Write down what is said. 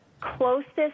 closest